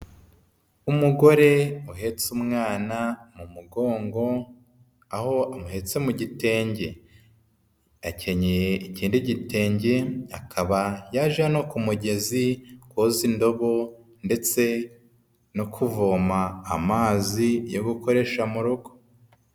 Umugore uhetse umwana mu mugongo aho amuhetse mu gitenge akenyeye ikindi gitenge akaba yaje hano ku mugezi koza indobo ndetse no kuvoma amazi yo gukoresha mu rugo.